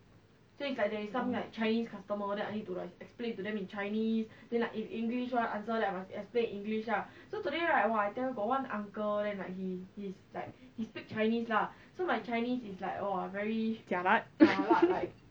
jialat